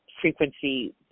frequency